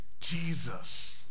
Jesus